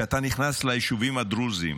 כשאתה נכנס ליישובים הדרוזיים,